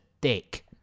dick